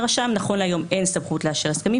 לרשם נכון להיום אין סמכות לאשר הסכמים,